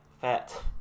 fat